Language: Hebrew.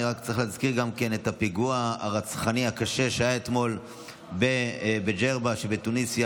אני צריך להזכיר את הפיגוע הרצחני הקשה שהיה אתמול בג'רבה שבתוניסיה,